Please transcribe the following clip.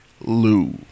Lou